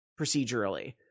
procedurally